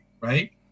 right